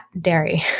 dairy